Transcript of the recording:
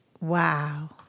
Wow